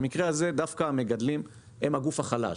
במקרה הזה דווקא המגדלים הם הגוף החלש.